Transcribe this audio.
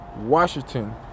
Washington